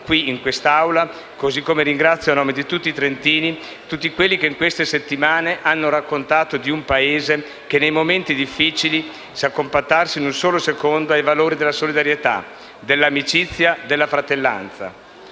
qui in quest'Aula, così come ringrazio, a nome di tutti i trentini, tutti quelli che in queste settimane hanno raccontato di un Paese che, nei momenti difficili, sa compattarsi in un solo secondo intorno ai valori della solidarietà, dell'amicizia e della fratellanza.